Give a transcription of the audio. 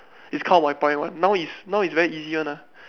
is count by point one now is now is very easy one ah